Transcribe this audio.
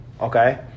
Okay